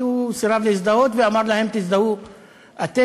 הוא סירב להזדהות ואמר להם "תזדהו אתם",